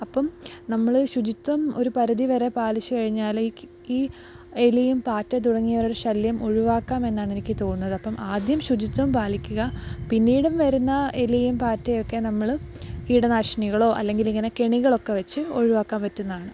അപ്പോള് നമ്മളീ ശുചിത്വം ഒരു പരിധിവരെ പാലിച്ച് കഴിഞ്ഞാല് ഈ കി ഈ എലിയും പാറ്റ തുടങ്ങിയവരടെ ശല്യം ഒഴിവാക്കാം എന്നാണ് എനിക്ക് തോന്നന്നത് അപ്പോള് ആദ്യം ശുചിത്വം പാലിക്കുക പിന്നീടും വരുന്ന എലിയും പാറ്റയൊക്കെ നമ്മള് കീടനാശിനികളോ അല്ലെങ്കിലിങ്ങനെ കെണികളൊക്കെ വച്ച് ഒഴിവാക്കാൻ പറ്റുമെന്നാണ്